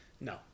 No